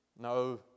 No